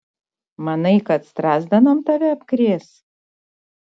manai kad strazdanom tave apkrės